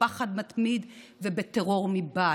בפחד מתמיד ובטרור מבית.